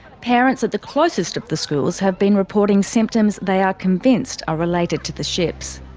parents at the closest of the schools have been reporting symptoms they are convinced are related to the ships.